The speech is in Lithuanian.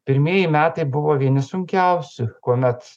pirmieji metai buvo vieni sunkiausių kuomet